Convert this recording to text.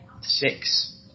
six